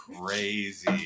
crazy